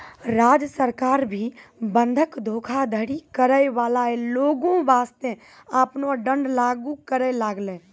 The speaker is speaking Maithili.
राज्य सरकार भी बंधक धोखाधड़ी करै बाला लोगो बासतें आपनो दंड लागू करै लागलै